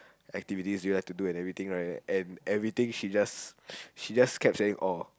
activities do you like to do and everything right and everything she just she just kept saying oh